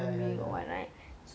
ya ya ya